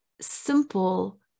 simple